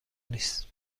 نیست